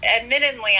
admittedly